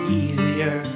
easier